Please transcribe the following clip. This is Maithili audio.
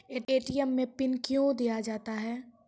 ए.टी.एम मे पिन कयो दिया जाता हैं?